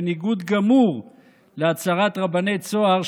בניגוד גמור להצהרת רבני צהר,